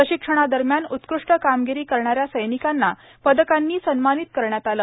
प्रशिक्षणादरम्यान उत्कृष्ट कामगिरी करणा या सैनिकांना पदकानं सन्मानित करण्यात आलं